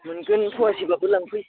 मोनगोन फ'वासेब्लाबो लांफै